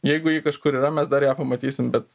jeigu ji kažkur yra mes dar ją pamatysim bet